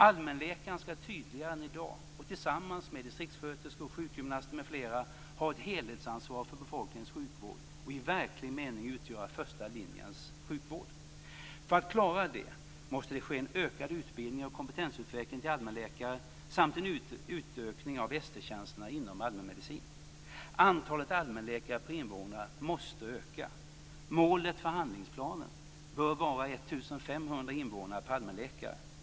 Allmänläkaren ska tydligare än i dag och tillsammans med distriktssköterskor, sjukgymnaster m.fl. ha ett helhetsansvar för befolkningens sjukvård och i verklig mening utgöra första linjens sjukvård. För att klara det måste en ökad utbildning och kompetensutveckling av allmänläkare ske samt en utökning av Antalet allmänläkare per invånare måste öka. Målet för handlingsplanen bör vara 1 500 invånare per allmänläkare.